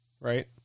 right